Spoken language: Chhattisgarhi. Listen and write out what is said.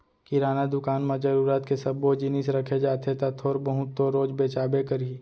किराना दुकान म जरूरत के सब्बो जिनिस रखे जाथे त थोर बहुत तो रोज बेचाबे करही